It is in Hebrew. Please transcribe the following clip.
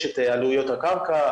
יש את עלויות הקרקע,